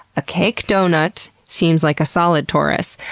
a cake donut seems like a solid torus,